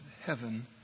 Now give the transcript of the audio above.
heaven